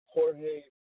Jorge